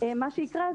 מה שיקרה,